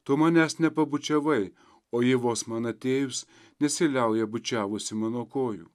tu manęs nepabučiavai o ji vos man atėjus nesiliauja bučiavusi mano kojų